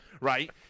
Right